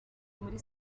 muri